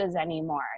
anymore